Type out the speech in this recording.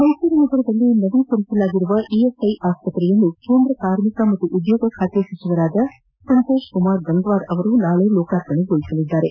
ಮೈಸೂರು ನಗರದಲ್ಲಿ ನವೀಕರಿಸಲಾಗಿರುವ ಇಎಸ್ಐ ಆಸ್ಪತ್ರೆಯನ್ನು ಕೇಂದ್ರ ಕಾರ್ಮಿಕ ಮತ್ತು ಉದ್ಯೋಗ ಖಾತೆ ಸಚಿವರಾದ ಸಂತೋಷ್ ಕುಮಾರ್ ಗಂಗ್ವಾರ್ ಅವರು ನಾಳೆ ಲೋಕಾರ್ಪಣೆಗೊಳಿಸಲಿದ್ದಾರೆ